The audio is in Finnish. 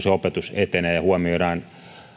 se opetus etenee ja huomioidaan